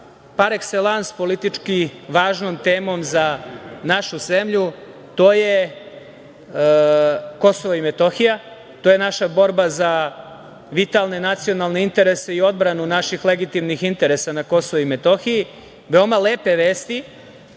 parekselans politički važnom temom za našu zemlju, to je Kosovo i Metohija. To je naša borba za vitalne nacionalne interese i odbranu naših legitimnih interesa na Kosovu i Metohiji. Veoma lepe vesti.